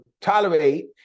tolerate